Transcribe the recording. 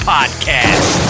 Podcast